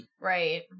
Right